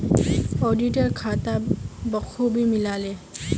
auditor खाता बखूबी मिला ले